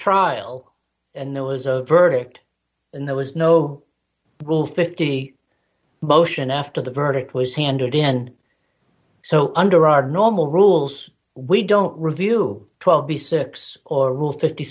trial and there was a verdict and there was no will fifty motion after the verdict was handed in so under our normal rules we don't review twelve b six or rule fifty